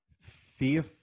fear